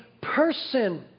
person